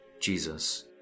Jesus